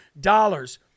dollars